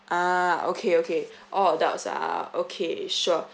ah okay okay all adults ah okay sure